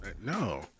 No